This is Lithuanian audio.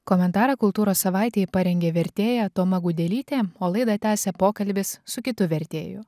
komentarą kultūros savaitei parengė vertėja toma gudelytė o laidą tęsia pokalbis su kitu vertėju